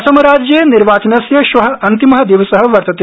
असम राज्ये निर्वाचनस्य श्व अन्तिम दिवस वर्तते